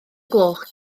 gloch